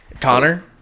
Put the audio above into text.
Connor